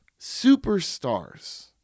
superstars